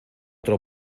otra